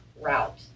route